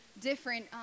different